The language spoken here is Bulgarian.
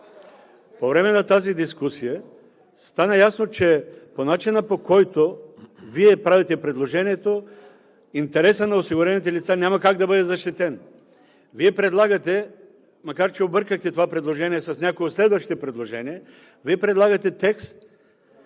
По време на тази дискусия стана ясно, че по начина, който Вие правите предложението, интересът на осигурените лица няма как да бъде защитен. Вие предлагате – макар че объркахте това предложение с някои от следващите – текст,